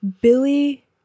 billy